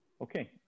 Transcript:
Okay